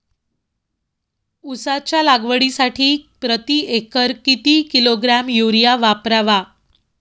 उसाच्या लागवडीसाठी प्रति एकर किती किलोग्रॅम युरिया वापरावा?